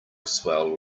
swell